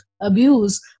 abuse